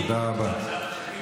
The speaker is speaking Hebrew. תודה רבה.